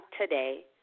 today